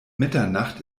mitternacht